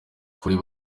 kuri